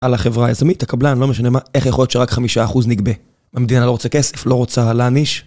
על החברה היזמית, תקבלן, לא משנה מה, איך יכול להיות שרק חמישה אחוז נגבה המדינה לא רוצה כסף, לא רוצה להעניש